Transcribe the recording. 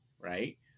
right